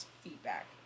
feedback